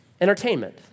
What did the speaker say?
entertainment